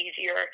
easier